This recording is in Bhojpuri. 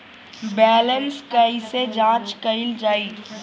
बैलेंस कइसे जांच कइल जाइ?